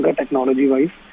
technology-wise